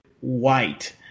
white